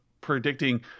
predicting